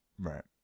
Right